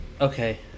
Okay